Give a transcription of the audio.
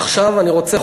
עכשיו אני רוצה,